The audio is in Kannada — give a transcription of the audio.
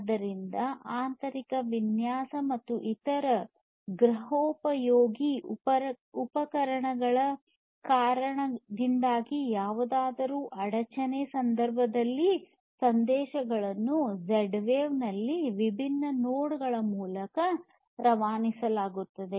ಆದ್ದರಿಂದ ಆಂತರಿಕ ವಿನ್ಯಾಸ ಮತ್ತು ಇತರ ಗೃಹೋಪಯೋಗಿ ಉಪಕರಣಗಳ ಕಾರಣದಿಂದಾಗಿ ಯಾವುದಾದರೂ ಅಡಚಣೆ ಸಂದರ್ಭದಲ್ಲಿ ಸಂದೇಶಗಳನ್ನು ಝೆಡ್ ವೇವ್ ನಲ್ಲಿ ವಿಭಿನ್ನ ನೋಡ್ಗಳ ಮೂಲಕ ರವಾನಿಸಲಾಗುತ್ತದೆ